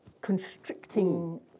constricting